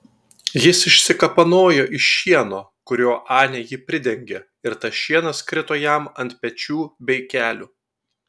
jis išsikapanojo iš šieno kuriuo anė jį pridengė ir tas šienas krito jam ant pečių bei kelių